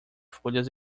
folhas